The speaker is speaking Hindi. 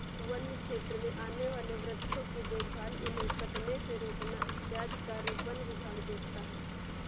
वन्य क्षेत्र में आने वाले वृक्षों की देखभाल उन्हें कटने से रोकना इत्यादि कार्य वन विभाग देखता है